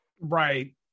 Right